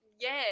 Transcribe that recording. Yes